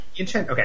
Okay